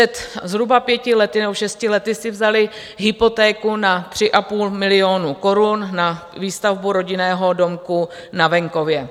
Před zhruba pěti lety nebo šesti lety si vzali hypotéku na 3,5 milionu korun na výstavbu rodinného domku na venkově.